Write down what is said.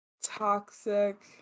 Toxic